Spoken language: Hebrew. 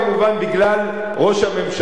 בגלל ראש הממשלה.